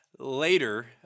Later